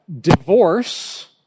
divorce